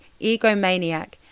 egomaniac